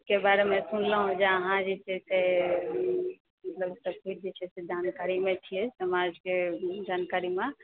के बारेमे सुनलहुँ जे अहाँ जे छै से मतलब तकनिकी क्षेत्रके जानकारी लै छियै समाजके जानकारीमे